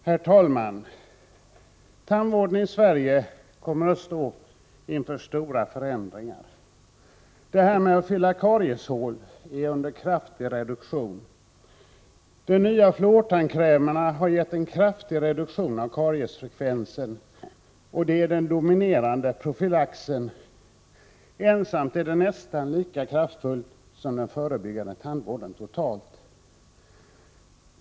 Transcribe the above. Herr talman! Tandvården i Sverige kommer att stå inför stora förändringar. Det här med att fylla karieshål är under kraftig reduktion. De nya fluortandkrämerna har gett en kraftig reduktion av kariesfrekvensen och är den dominerande profylaxen — nästan lika kraftfull som den förebyggande tandvården totalt.